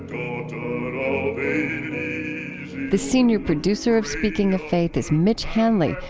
the the senior producer of speaking of faith is mitch hanley,